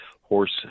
Horse